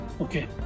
okay